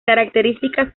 características